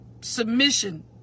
submission